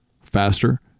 faster